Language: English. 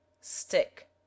stick